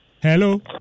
hello